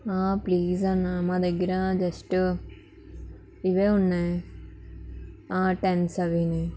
please అన్నా మా దగ్గర జస్ట్ ఇవే ఉన్నాయి టెన్స్ అవీని